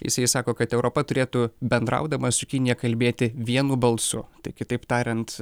jisai sako kad europa turėtų bendraudama su kinija kalbėti vienu balsu tai kitaip tariant